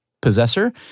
possessor